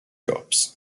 corps